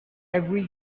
agree